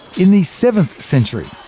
in the seventh century,